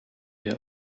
der